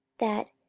that,